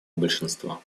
большинства